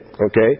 Okay